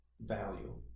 value